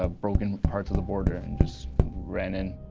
ah broken parts of the border and just ran in.